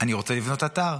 אני רוצה לבנות אתר.